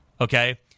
okay